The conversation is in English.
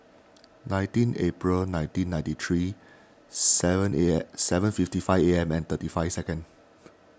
nineteen April nineteen ninety three seven seven fifty five A M and thirty five second